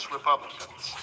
Republicans